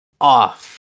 off